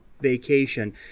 vacation